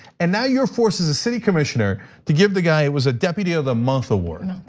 and now your forcing the city commissioner to give the guy, it was a deputy of the month award.